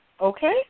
okay